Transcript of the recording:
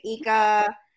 Ika